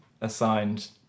assigned